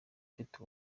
ufite